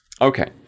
Okay